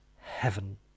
Heaven